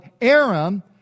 Aram